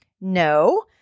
No